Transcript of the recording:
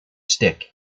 stick